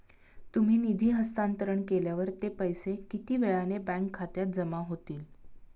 तुम्ही निधी हस्तांतरण केल्यावर ते पैसे किती वेळाने बँक खात्यात जमा होतील?